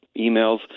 emails